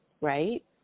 right